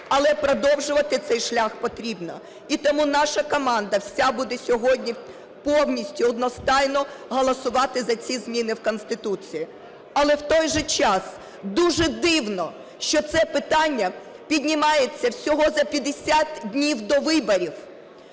але продовжувати цей шлях потрібно. І тому наша команда вся буде сьогодні повністю одностайно голосувати за ці зміни з Конституції. Але, в той же час, дуже дивно, що це питання піднімається всього за 50 днів до виборів.